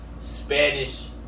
Spanish